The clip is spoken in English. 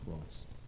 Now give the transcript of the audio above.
Christ